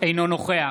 אינו נוכח